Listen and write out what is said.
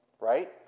right